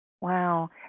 Wow